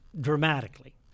dramatically